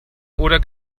oder